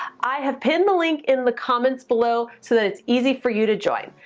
i have pinned the link in the comments below so that it's easy for you to join.